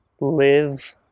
live